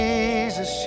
Jesus